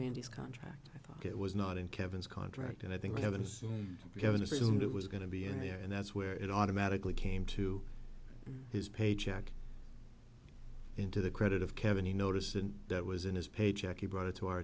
randy's contract i thought it was not in kevin's contract and i think we have assumed we haven't assumed it was going to be in there and that's where it automatically came to his paycheck into the credit of kevin you notice and that was in his paycheck you brought it to our